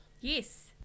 Yes